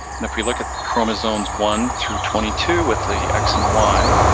and if we look at chromosomes one through twenty two with the x and y,